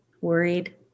worried